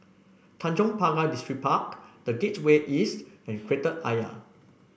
Tanjong Pagar Distripark The Gateway East and Kreta Ayer